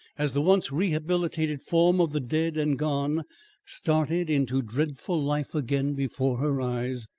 as the once rehabilitated form of the dead and gone started into dreadful life again before her eyes.